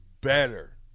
better